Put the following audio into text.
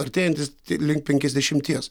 artėjantis link penkiasdešimties